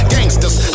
Gangsters